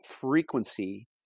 frequency